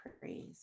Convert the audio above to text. praise